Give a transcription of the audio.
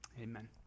Amen